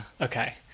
okay